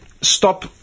stop